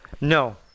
no